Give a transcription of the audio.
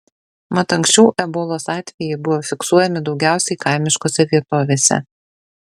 mat anksčiau ebolos atvejai buvo fiksuojami daugiausiai kaimiškose vietovėse